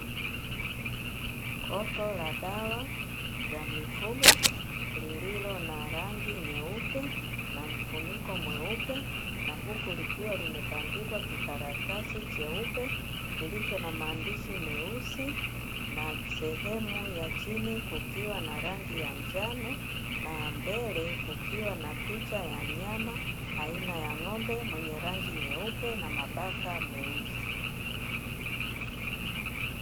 Duka la dawa la mifugo lililo na rangi nyeupe na mfuniko mweupe, na huku likiwa limebandikwa kikaratasi cheupe kilicho na maandishi meusi, na sehemu ya chini kukiwa na rangi ya njano, na mbele kukiwa na picha ya mnyama aina ya ng'ombe, mwenye rangi nyeupe na mabaka meusi.